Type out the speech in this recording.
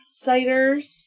Ciders